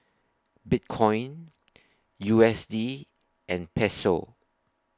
Bitcoin U S D and Peso